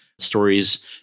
Stories